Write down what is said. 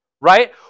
Right